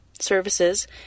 services